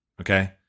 okay